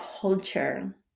culture